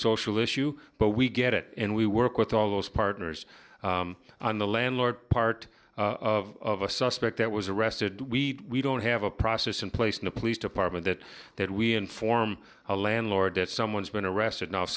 social issue but we get it and we work with all those partners on the landlord part of a suspect that was arrested we don't have a process in place in a police department that that we inform a landlord that someone's been arrested now if